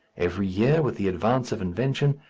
every year, with the advance of invention,